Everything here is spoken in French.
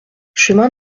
chemin